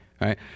right